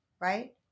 right